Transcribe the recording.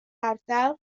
ardal